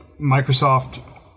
microsoft